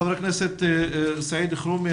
חבר הכנסת סעיד אלחרומי.